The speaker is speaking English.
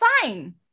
fine